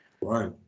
Right